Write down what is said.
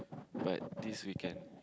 what this weekend